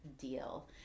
deal